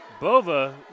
Bova